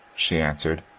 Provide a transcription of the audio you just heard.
she answered,